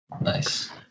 nice